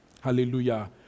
Hallelujah